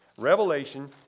Revelation